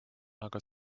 aga